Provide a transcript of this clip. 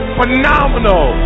phenomenal